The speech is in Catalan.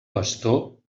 bastó